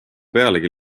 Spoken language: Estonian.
pealegi